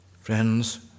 Friends